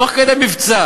תוך כדי מבצע,